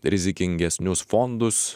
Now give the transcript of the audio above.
rizikingesnius fondus